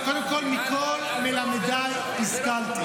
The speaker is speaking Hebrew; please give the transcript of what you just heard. קודם כול, מכל מלמדיי השכלתי.